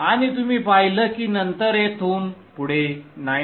आणि तुम्ही पाहिलं की नंतर इथून पुढे 9